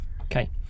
Okay